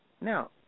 Now